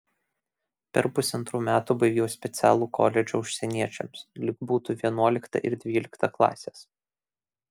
per pusantrų metų baigiau specialų koledžą užsieniečiams lyg būtų vienuolikta ir dvylikta klasės